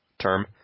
term